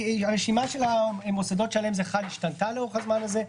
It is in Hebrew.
והרשימה של המוסדות שעליהן זה חל השתנתה לאורך הזמן הזה,